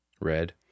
Red